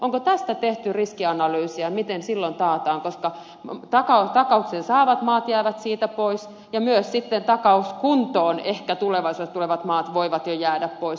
onko tästä tehty riskianalyysia miten silloin taataan koska takauksen saavat maat jäävät siitä pois ja myös sitten takauskuntoon ehkä tulevaisuudessa tulevat maat voivat jo jäädä pois